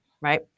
right